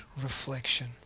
reflection